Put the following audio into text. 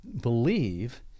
believe